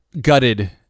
gutted